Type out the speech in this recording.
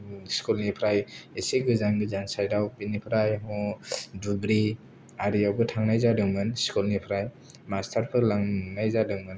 स्कुलनिफ्राय एसे गोजान गोजान साइदाव बेनिफ्राय धुबुरि आरिआवबो थांनाय जादोंमोन स्कुलनिफ्राय मास्टारफोर लांंनाय जादोंमोन